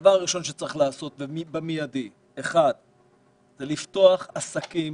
הדבר הראשון שצריך לעשות במיידי הוא לפתוח עסקים